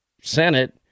Senate